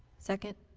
second